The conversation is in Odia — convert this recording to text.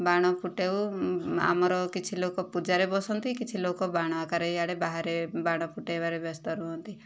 ବାଣ ଫୁଟାଉ ଆମର କିଛି ଲୋକ ପୂଜାରେ ବସନ୍ତି କିଛି ଲୋକ ବାଣ ଆକାରେ ଇଆଡ଼େ ବାହାରେ ବାଣ ଫୁଟାଇବାରେ ବ୍ୟସ୍ତ ରୁହନ୍ତି